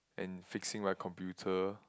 and fixing my computer